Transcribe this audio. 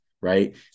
right